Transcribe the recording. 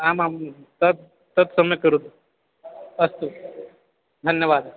आमां तत् तत् सम्यक् करोतु अस्तु धन्यवादः